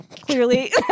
Clearly